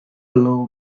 law